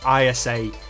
ISA